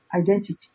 identity